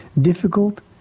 difficult